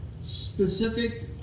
specific